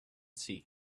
sea